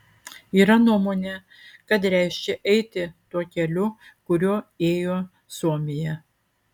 yra nuomonė kad reiškia eiti tuo keliu kuriuo ėjo suomija